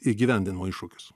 įgyvendinimo iššūkius